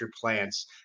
plants